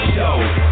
Show